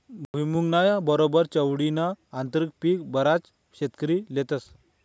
भुईमुंगना बरोबर चवळीनं आंतरपीक बराच शेतकरी लेतस